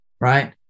right